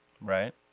Right